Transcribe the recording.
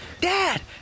dad